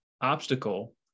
obstacle